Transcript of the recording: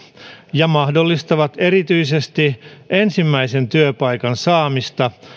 ja mahdollistavat erityisesti ensimmäisen työpaikan saamista